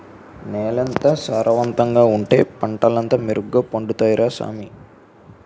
నేలెంత సారవంతంగా ఉంటే పంటలంతా మెరుగ్గ పండుతాయ్ రా సామీ